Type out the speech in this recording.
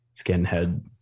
skinhead